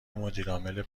مدیرعامل